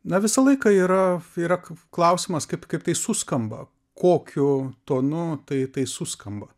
na visą laiką yra tai yra klausimas kaip kaip tai suskamba kokiu tonu tai tai suskamba